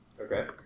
Okay